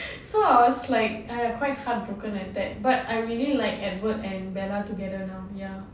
so I was like !aiya! quite heartbroken at that but I really like edward and bella together now ya